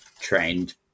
trained